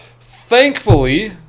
Thankfully